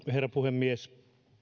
herra puhemies ihan